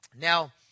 Now